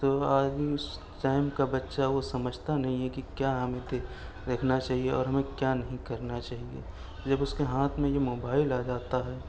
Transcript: تو آج اس ٹائم کا بچہ وہ سمجھتا نہیں ہے کہ کیا ہمیں دے دیکھنا چاہیے اور ہمیں کیا نہیں کرنا چاہیے جب اس کے ہاتھ میں یہ موبائل آ جاتا ہے